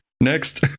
next